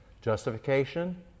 Justification